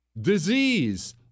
Disease